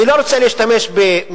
אני לא רוצה להשתמש במלים.